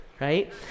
right